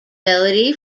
melody